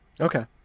Okay